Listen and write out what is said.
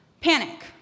panic